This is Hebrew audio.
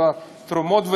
של תרומות,